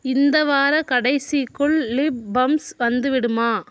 இந்த வாரக் கடைசிக்குள் லிப் பம்ஸ் வந்துவிடுமா